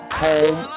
home